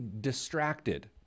distracted